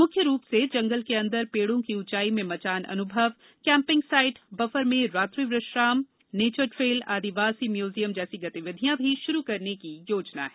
मुख्य रूप से जंगल के अंदर पेड़ों की ऊंचाई में मचान अनुभव कैंपिंग साइट बफर में रात्रि विश्राम नेचर ट्रेल आदिवासी म्यूजियम जैसी गतिविधियां भी शुरू करने की योजना है